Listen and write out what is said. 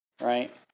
right